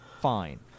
fine